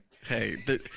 hey